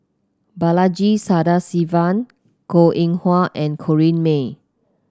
Balaji Sadasivan Goh Eng Wah and Corrinne May